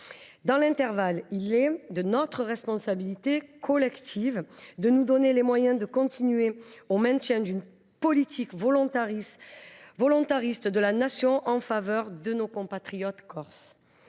Dans l’intervalle, il est de notre responsabilité collective de nous donner les moyens de contribuer au maintien d’une politique volontariste de la Nation en faveur de nos compatriotes corses.